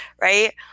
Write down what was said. right